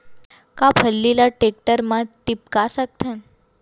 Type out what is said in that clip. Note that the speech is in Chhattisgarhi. का फल्ली ल टेकटर म टिपका सकथन?